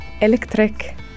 electric